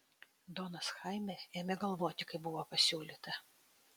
donas chaime ėmė galvoti kaip buvo pasiūlyta